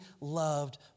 loved